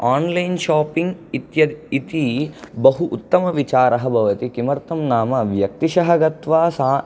online shopping इत्यत् इति बहु उत्तमविचारः भवति किमर्थं नाम व्यक्तिशः गत्वा सा